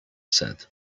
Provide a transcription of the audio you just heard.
said